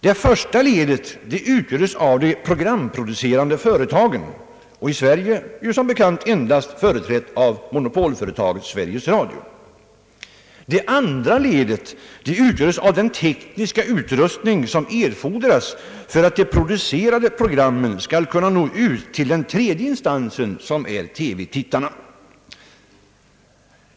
Det första ledet utgörs av de programproducerande företagen och är i Sverige som bekant endast företrätt av monopolföretaget Sveriges Radio. Det andra ledet utgörs av den tekniska utrustning som erfordras för att de producerade programmen skall kunna nå ut till det tredje ledet, som är TV-tittarna.